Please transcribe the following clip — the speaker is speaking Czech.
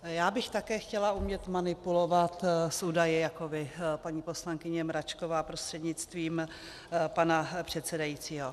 Já bych také chtěla umět manipulovat s údaji jako vy, paní poslankyně Mračková prostřednictvím pana předsedajícího.